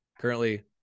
currently